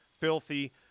filthy